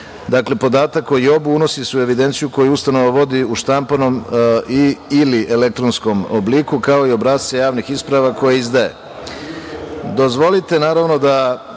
dakle, podatak koji je JOB, unosi si se u evidenciju koju ustanova vodi u štampanom ili elektronskom obliku, kao i obrasce javnih isprava koje izdaje.